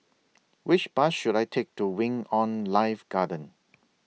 Which Bus should I Take to Wing on Life Garden